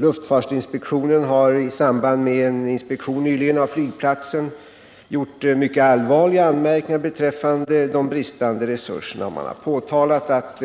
Luftfartsinspektionen har i samband med en inspektion nyligen av flygplatsen framställt mycket allvarliga anmärkningar beträffande de bristande resurserna, och man har framhållit att